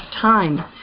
time